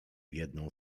jedną